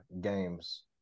games